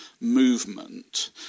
movement